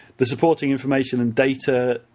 the supporting information and data,